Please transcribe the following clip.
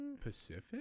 Pacific